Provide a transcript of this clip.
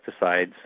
pesticides